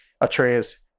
Atreus